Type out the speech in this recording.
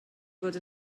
fod